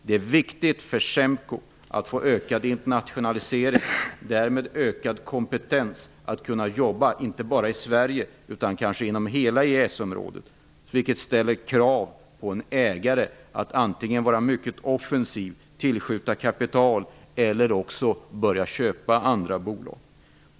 Det är viktigt för SEMKO att få ökad internationalisering och därmed ökad kompetens för att kunna jobba inte bara i Sverige utan kanske inom hela EES-området. Detta ställer krav på ägaren att antingen vara mycket offensiv, tillskjuta kapital eller börja köpa andra bolag.